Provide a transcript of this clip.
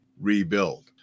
rebuild